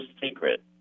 secret